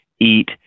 eat